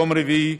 יום רביעי,